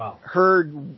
heard